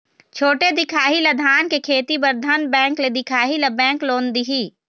छोटे दिखाही ला धान के खेती बर धन बैंक ले दिखाही ला बैंक लोन दिही?